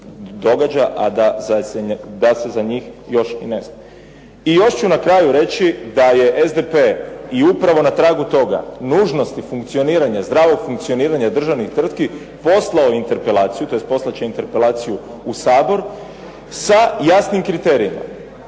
a da se za njih još ni ne zna. I još ću na kraju reći da je SDP i upravo na tragu toga nužnosti funkcioniranja, zdravog funkcioniranja državnih tvrtki poslao interpelaciju, tj. poslat će interpelaciju u Sabor sa jasnim kriterijima